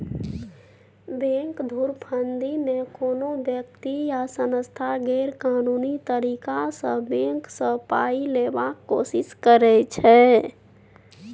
bank धुरफंदीमे कोनो बेकती या सँस्था गैरकानूनी तरीकासँ बैंक सँ पाइ लेबाक कोशिश करै छै